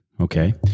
Okay